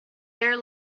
air